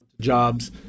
Jobs